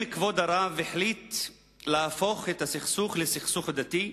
החליט כבוד הרב להפוך את הסכסוך לסכסוך דתי?